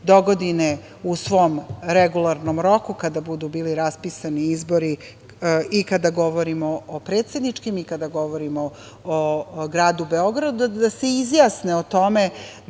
dogodine u svom regularnom roku, kada budu bili raspisani izbori, i kada govorimo o predsedničkim i kada govorimo o Gradu Beogradu, da se izjasne o tome